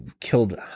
killed